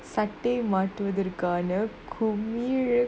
சட்டை மாட்டுவதற்கான:sattai maatuvathatkaana komilu